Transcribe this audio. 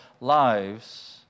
lives